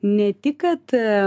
ne tik kad